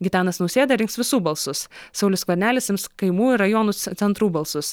gitanas nausėda rinks visų balsus saulius skvernelis ims kaimų ir rajonų centrų balsus